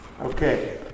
Okay